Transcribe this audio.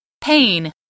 Pain